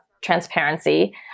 transparency